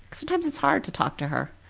sometimes it's hard to talk to her